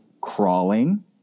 crawling